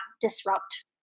disrupt